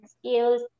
skills